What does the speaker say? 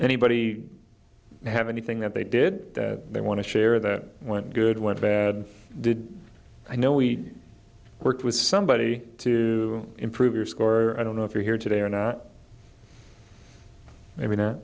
anybody have anything that they did they want to share that went good went bad did i know we worked with somebody to improve your score i don't know if you're here today or not